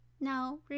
Now